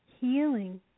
healing